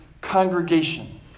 congregation